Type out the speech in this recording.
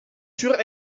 sur